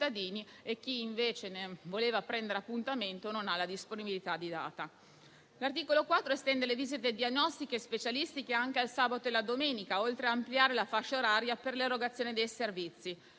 e chi invece voleva prendere un appuntamento non trova alcuna disponibilità di data. L'articolo 4 estende le visite diagnostiche e specialistiche anche al sabato e alla domenica, oltre ad ampliare la fascia oraria per l'erogazione dei servizi.